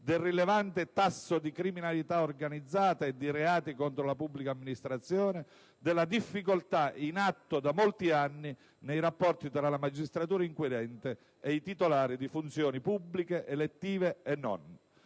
del rilevante tasso di criminalità organizzata e di reati contro la pubblica amministrazione e della difficoltà, in atto da molti anni, nei rapporti tra la magistratura inquirente e i titolari di funzioni pubbliche, elettive e non.